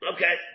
Okay